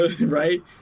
Right